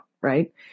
right